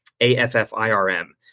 A-F-F-I-R-M